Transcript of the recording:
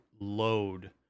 load